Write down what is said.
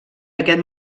aquest